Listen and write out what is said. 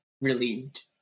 relieved